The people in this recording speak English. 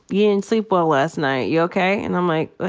you didn't sleep well last night. you okay? and i'm like, what,